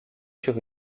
sur